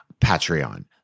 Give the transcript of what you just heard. Patreon